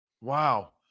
Wow